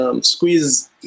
squeeze